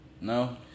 No